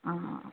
हां